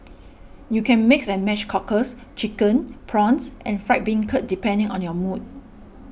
you can mix and match cockles chicken prawns and fried bean curd depending on your mood